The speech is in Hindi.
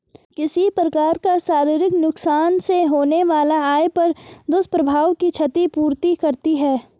किसी प्रकार का शारीरिक नुकसान से होने वाला आय पर दुष्प्रभाव की क्षति पूर्ति करती है